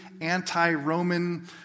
anti-Roman